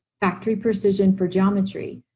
factory precision for geometry.